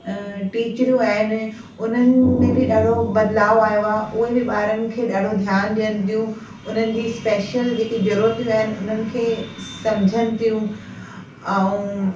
टीचरूं आहिनि उन्हनि में बि ॾाढो बदलाव आयो आहे उहे बि ॿारनि खे ॾाढो ध्यानु ॾियनि थियूं उन्हनि जी स्पेशल जेकी ज़रूरतूं आहिनि उन्हनि खे समुझनि थियूं ऐं